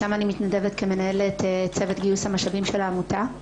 שם אני מתנדבת כמנהלת צוות גיוס המשאבים של העמותה.